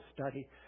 study